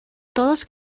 todos